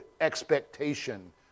expectation